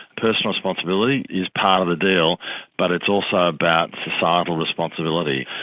personal responsibility is part of the deal but it's also about societal responsibility.